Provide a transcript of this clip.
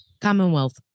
commonwealth